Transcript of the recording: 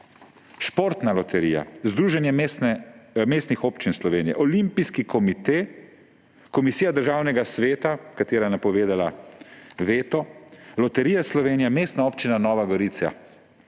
Športna loterija, Združenje mestnih občin Slovenije, Olimpijski komite, komisija Državnega sveta, katera je napovedala veto, Loterija Slovenije, Mestna občina Nova Gorica.